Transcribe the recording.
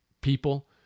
people